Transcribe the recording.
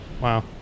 Wow